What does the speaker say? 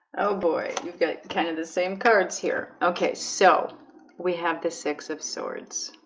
oh boy you've got kind of the same cards here. okay, so we have the six of swords